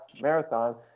marathon